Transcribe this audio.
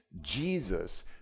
Jesus